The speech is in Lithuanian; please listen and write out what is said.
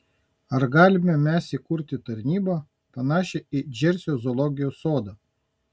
ar galime mes įkurti tarnybą panašią į džersio zoologijos sodą